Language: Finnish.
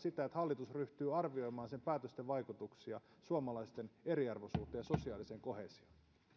sitä että hallitus ryhtyy arvioimaan sen päätösten vaikutuksia suomalaisten eriarvoisuuteen ja sosiaaliseen koheesioon